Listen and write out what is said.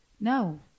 No